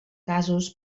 casos